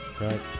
right